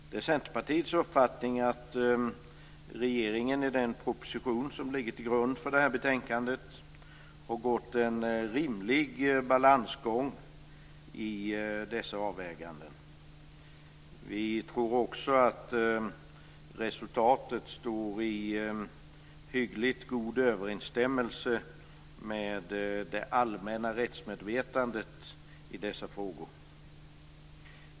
Det är Centerpartiets uppfattning att regeringen, i den proposition som ligger till grund för det här betänkande, har gått en rimlig balansgång i dessa avväganden. Vi tror också att resultatet står i hyggligt god överensstämmelse med det allmänna rättsmedvetandet i dessa frågor.